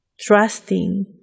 trusting